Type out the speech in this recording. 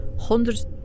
hundreds